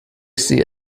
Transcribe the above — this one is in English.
sea